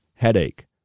Headache